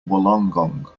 wollongong